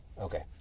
Okay